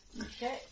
Okay